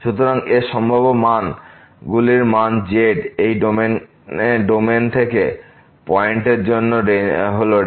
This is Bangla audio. সুতরাং এর সম্ভাব্য মানগুলির মান z এই ডোমেইন থেকে পয়েন্টের জন্য হল রেঞ্জ